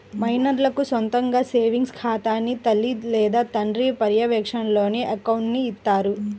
మైనర్లకు సొంతగా సేవింగ్స్ ఖాతాని తల్లి లేదా తండ్రి పర్యవేక్షణలోనే అకౌంట్ని ఇత్తారు